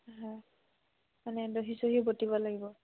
হয় মানে দহি চহি বাটিব লাগিব